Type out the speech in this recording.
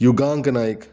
Yugank Naik